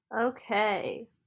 Okay